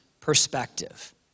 perspective